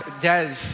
Des